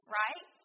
right